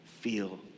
feel